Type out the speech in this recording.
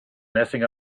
messing